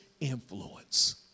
influence